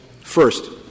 First